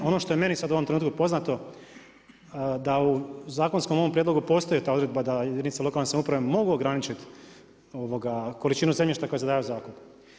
Ono što je meni sad u ovom trenutku poznato, da u zakonskom ovom prijedlogu postoji ta odredba da jedinica lokalne samouprave mogu ograničiti količinu zemljišta koja se daju u zakup.